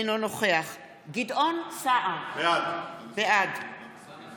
אינו נוכח גדעון סער, בעד איימן עודה, נגד